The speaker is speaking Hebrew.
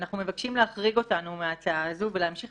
ואנחנו מבקשים להחריג אותנו מההצעה הזאת ולהמשיך